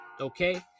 Okay